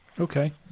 Okay